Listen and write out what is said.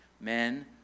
men